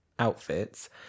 Outfits